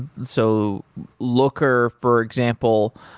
so looker, for example,